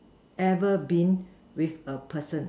ever been with a person